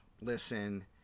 listen